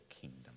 kingdom